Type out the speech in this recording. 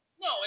No